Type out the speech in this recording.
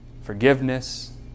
forgiveness